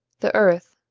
the earth,